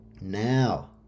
Now